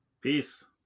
Peace